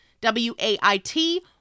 W-A-I-T